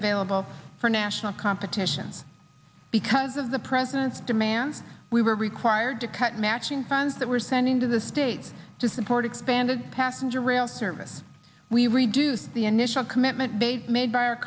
available for national competition because of the president's demands we were required to cut matching funds that we're sending to the states to support expanded passenger rail service we reduced the initial commitment made by our